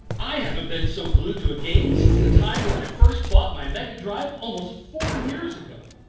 i haven't been so glued to a game since the time when i first bought my mega drive almost four years ago,